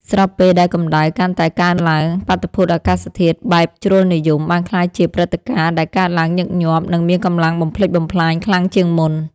ស្របពេលដែលកម្ដៅកាន់តែកើនឡើង បាតុភូតអាកាសធាតុបែបជ្រុលនិយម បានក្លាយជាព្រឹត្តិការណ៍ដែលកើតឡើងញឹកញាប់ និងមានកម្លាំងបំផ្លិចបំផ្លាញខ្លាំងជាងមុន។